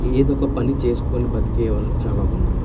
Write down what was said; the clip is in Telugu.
ఏదొక పని చేసుకొని బతికే వాళ్ళు చాలా మంది ఉన్నారు